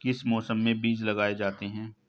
किस मौसम में बीज लगाए जाते हैं?